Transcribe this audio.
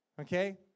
Okay